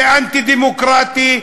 זה אנטי-דמוקרטי,